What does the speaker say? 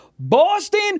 Boston